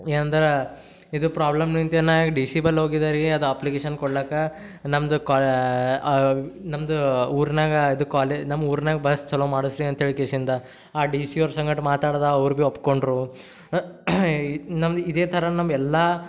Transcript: ಏನಂದ್ರೆ ಇದು ಪ್ರಾಬ್ಲಮ್ನಿಂದೆ ನಾನು ಡಿ ಸಿ ಬಳ್ ಹೋಗಿದ್ದೆ ರೀ ಅದು ಅಪ್ಲಿಕೇಶನ್ ಕೊಡ್ಲಿಕ್ಕ ನಮ್ಮದು ಕಾ ನಮ್ಮದು ಊರ್ನಾಗೆ ಅದು ಕಾಲೇ ನಮ್ಮ ಊರ್ನಾಗೆ ಬಸ್ ಚಾಲೂ ಮಾಡಿಸಿರಿ ಅಂತ ಹೇಳಿ ಕಿಸಿಂದ ಆ ಡಿ ಸಿ ಅವ್ರ ಸಂಗಡ ಮಾತಾಡ್ದೆ ಅವ್ರೂ ಬಿ ಒಪ್ಪಿಕೊಂಡ್ರು ನಮ್ದು ಇದೇ ಥರ ನಮ್ಮ ಎಲ್ಲ